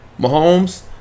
Mahomes